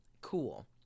Cool